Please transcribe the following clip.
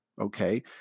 Okay